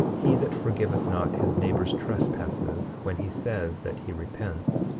he that forgiveth not his neighbor's trespasses when he says that he repents,